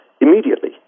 immediately